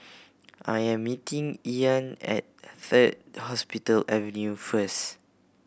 I am meeting Ean at Third Hospital Avenue first